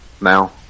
now